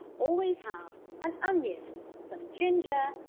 always have an onion, some ginger,